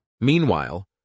Meanwhile